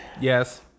Yes